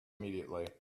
immediately